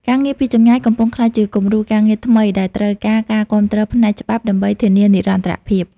ការងារពីចម្ងាយកំពុងក្លាយជាគំរូការងារថ្មីដែលត្រូវការការគាំទ្រផ្នែកច្បាប់ដើម្បីធានានិរន្តរភាព។